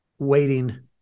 Waiting